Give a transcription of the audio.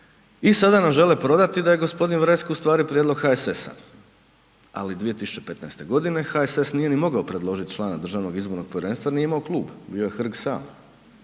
i sada nam žele prodati da je g. Vresk ustvari prijedlog HSS-a ali 2015. g. HSS nije ni mogao predložiti člana DIP-a jer nije imao klub, bio je Hrg sam.